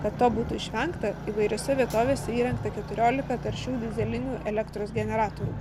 kad to būtų išvengta įvairiose vietovėse įrengta keturiolika taršių dyzelinių elektros generatorių